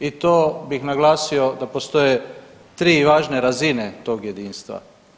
I to bih naglasio da postoje tri važne razine tog jedinstva.